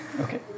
Okay